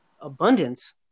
abundance